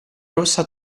rossa